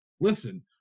listen